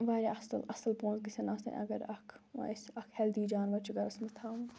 واریاہ اَصٕل اَصٕل پونٛسہٕ گژھَن آسٕنۍ اگر اَکھ وَ اَسہِ ہیلدی جانوَر چھِ گَرَس منٛز تھاوُن